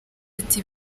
ati